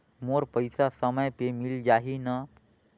मोर पइसा समय पे मिल जाही न?